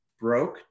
broke